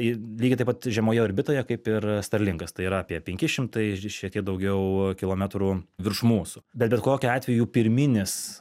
lygiai taip pat žemoje orbitoje kaip ir starlinkas tai yra apie penki šimtai šiek tiek daugiau kilometrų virš mūsų bet bet kokiu atveju pirminis